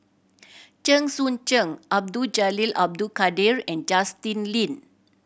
Chen Sucheng Abdul Jalil Abdul Kadir and Justin Lean